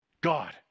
God